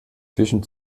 fischen